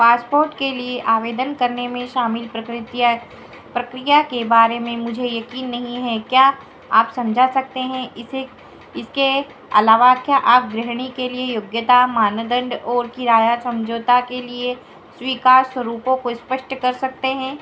passport के लिए आवेदन करने में शामिल प्रकृतियाँ प्रक्रिया के बारे में मुझे यकीन नहीं है क्या आप समझा सकते हैं इसे इसके अलावा क्या आप गृहिणी के लिए योग्यता मानदण्ड और किराया समझौता के लिए स्वीकार स्वरूपों को इस्पष्ट कर सकते हैं